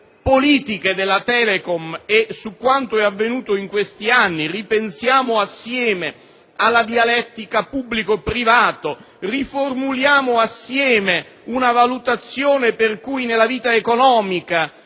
politiche della Telecom e su quanto avvenuto in questi anni e a ripensare insieme alla dialettica pubblico-privato, riformulando insieme una valutazione per cui nella vita economica